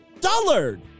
Dullard